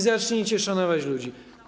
Zacznijcie szanować ludzi.